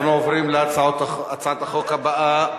אנחנו עוברים להצעת החוק הבאה,